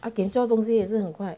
ah kim 做东西也是很快